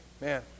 Man